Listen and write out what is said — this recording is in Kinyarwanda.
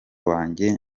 wanjye